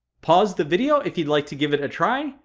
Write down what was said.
pause the video if you'd like to give it a try,